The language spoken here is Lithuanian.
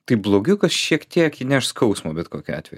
tai blogiukas šiek tiek įneš skausmo bet kokiu atveju